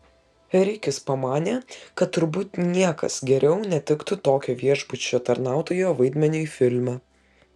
rikis pamanė kad turbūt niekas geriau netiktų tokio viešbučio tarnautojo vaidmeniui filme